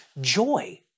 Joy